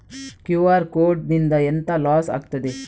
QR code ನಿಂದ ಎಂತ loss ಆಗ್ತದೆ?